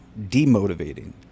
demotivating